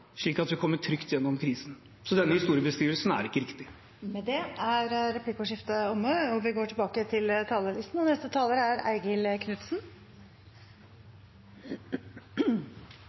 slik at vi kommer trygt gjennom krisen. Så denne historiebeskrivelsen er ikke riktig. Replikkordskiftet er omme. For et merkelig skue regjeringen og